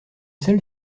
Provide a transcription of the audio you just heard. sel